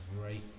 great